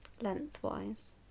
lengthwise